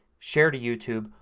share to youtube,